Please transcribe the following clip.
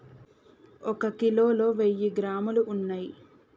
ఒక కిలోలో వెయ్యి గ్రాములు ఉన్నయ్